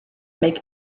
make